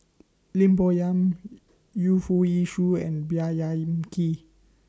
Lim Bo Yam Yu Foo Yee Shoon and Yam Keng